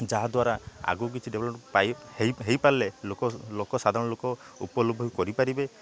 ଯାହାଦ୍ୱାରା ଆଗକୁ କିଛି ଡେଭ୍ଲପ୍ମେଣ୍ଟ ପାଇ ହେଇପାରିଲେ ସାଧାରଣ ଲୋକ ଉପଲାଭ କରିପାରିବେ